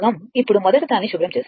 ఇప్పుడు మొదట దాన్ని శుభ్రం చేస్తాను